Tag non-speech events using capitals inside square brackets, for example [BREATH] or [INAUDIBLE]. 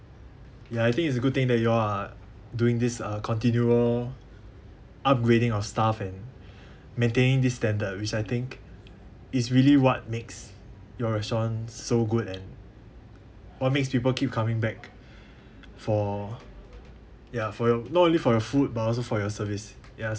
ya I think it's a good thing that you all are doing this uh continual upgrading of staff and [BREATH] maintaining this standard ah which I think is really what makes your restaurant so good and what makes people keep coming back for ya for your not only for your food but also for your service ya